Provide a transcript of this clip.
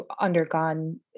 undergone